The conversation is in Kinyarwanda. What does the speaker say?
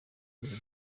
bihe